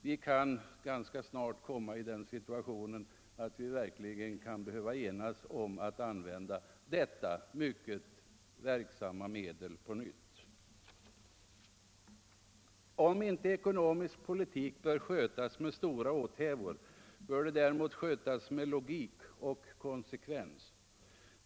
Vi kan ganska snart komma i den situationen att vi behöver enas om att använda detta mycket verksamma medel på nytt. Om inte ekonomisk politik bör skötas med stora åthävor bör den däremot skötas med logik och konsekvens.